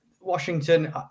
Washington